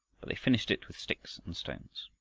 they finished it with sticks and stones.